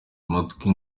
amatwi